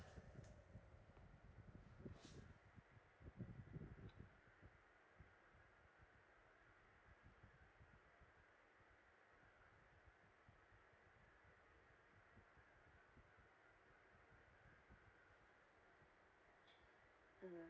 mm